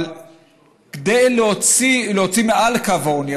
להביא מעל לקו העוני,